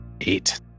Eight